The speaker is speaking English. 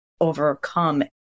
overcome